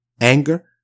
anger